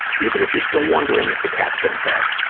even if you're still wondering if the cat's been fed.